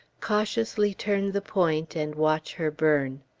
cautiously turn the point, and watch her burn.